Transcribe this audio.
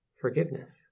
forgiveness